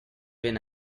been